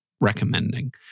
recommending